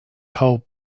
cold